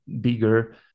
bigger